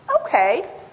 okay